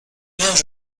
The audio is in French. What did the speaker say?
linge